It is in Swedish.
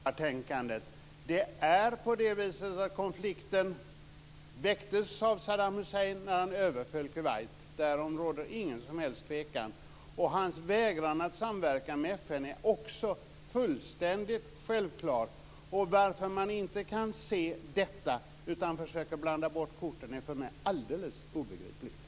Fru talman! Jag vill bara klart ta avstånd från detta kålsupartänkande. Det är på det viset att konflikten väcktes av Saddam Hussein när han överföll Kuwait. Därom råder ingen som helst tvekan. Hans vägran att samverka med FN är också fullständigt självklar. Att man inte kan se detta utan försöker blanda bort korten är för mig alldeles obegripligt.